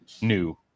new